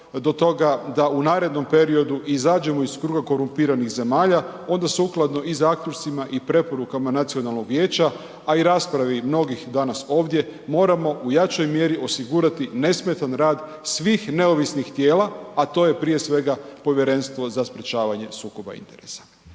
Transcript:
do toga da u narednom periodu izađemo iz kruga korumpiranih zemalja onda sukladno i zaključcima i preporukama nacionalnog vijeća, a i raspravi mnogih danas ovdje moramo u jačoj mjeri osigurati nesmetan rad svim neovisnih tijela, a to je prije svega Povjerenstvo za sprječavanje sukoba interesa.